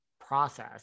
process